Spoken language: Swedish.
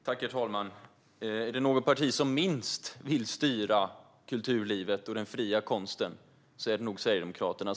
Herr talman! Det parti som minst vill styra kulturlivet och den fria konsten är nog Sverigedemokraterna.